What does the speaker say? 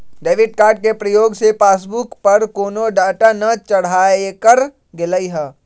debit card के प्रयोग से पासबुक पर कोनो डाटा न चढ़ाएकर गेलइ ह